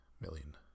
million